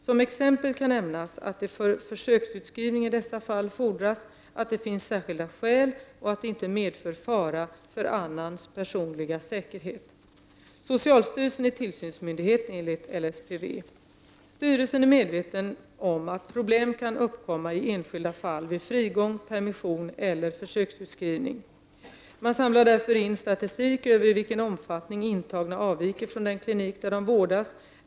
Som exempel kan nämnas att det för försöksutskrivning i dessa fall fordras att det finns särskilda skäl och att det inte medför fara för annans personliga säkerhet. Socialstyrelsen är tillsynsmyndighet enligt LSPV. Styrelsen är medveten om att problem kan uppkomma i enskilda fall vid frigång, permission eller försöksutskrivning. Man samlar därför in statistik över i vilken omfattning intagna avviker från den klinik där de vårdas.